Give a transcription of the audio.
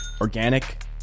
organic